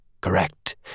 Correct